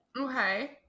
Okay